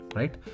right